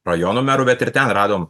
rajonų merų bet ir ten radom